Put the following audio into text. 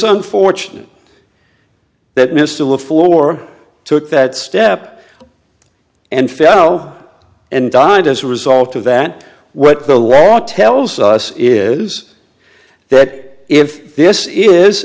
unfortunate that mr le floor took that step and fell and died as a result of that what the law tells us is that if this is